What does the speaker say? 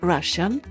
Russian